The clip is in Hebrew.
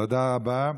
תודה רבה.